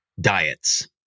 diets